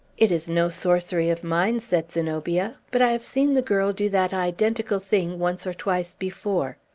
it is no sorcery of mine, said zenobia but i have seen the girl do that identical thing once or twice before.